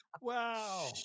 Wow